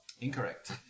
Incorrect